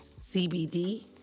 CBD